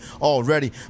already